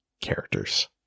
characters